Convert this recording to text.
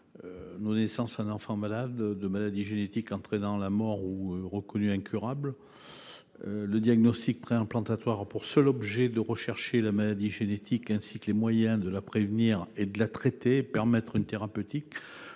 donné naissance à un enfant atteint d'une maladie génétique entraînant la mort ou reconnue incurable ; le diagnostic préimplantatoire a pour seul objet de rechercher la maladie génétique, ainsi que les moyens de la prévenir et de la traiter et de permettre une thérapeutique.